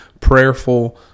prayerful